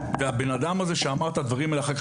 והבן אדם הזה שאמר את הדברים האלה אחר כך